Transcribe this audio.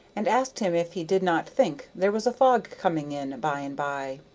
and asked him if he did not think there was a fog coming in by and by.